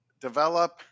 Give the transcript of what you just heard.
Develop